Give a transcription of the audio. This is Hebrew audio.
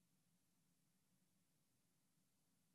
אדוני